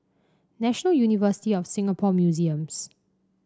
National University of Singapore Museums